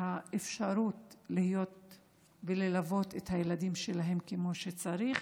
האפשרות ללוות את הילדים שלהם כמו שצריך.